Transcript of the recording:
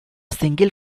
single